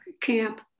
camp